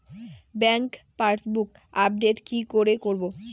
Bank passbook update কি করে করবো?